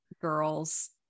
girls